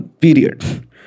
Period